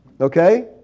Okay